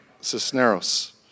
Cisneros